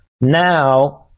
now